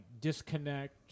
disconnect